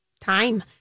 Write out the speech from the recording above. time